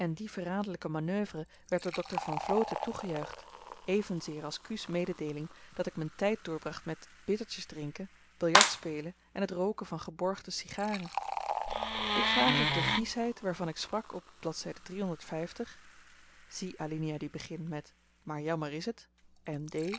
die verraderlyke manoeuvre werd door dr van vloten toegejuicht evenzeer als q's mededeeling dat ik m'n tyd doorbracht met bittertjes drinken biljardspelen en t rooken van geborgde sigaren ik vraag of de viesheid waarvan ik sprak op blad zie alinea die begint met maar jammer is t